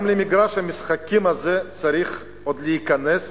גם למגרש המשחקים הזה צריך עוד להיכנס,